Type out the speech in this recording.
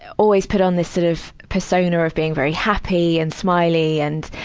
always put on this sort of persona of being very happy and smiley and,